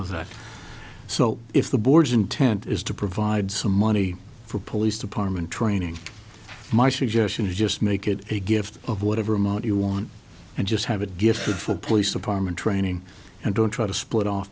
on that so if the board's intent is to provide some money for police department training my suggestion is just make it a gift of whatever amount you want and just have a different for police department training and don't try to split off